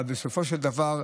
אבל בסופו של דבר,